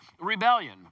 rebellion